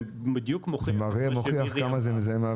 זה מוכיח כמה זה מזהם האוויר.